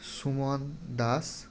Suman Das